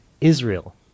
Israel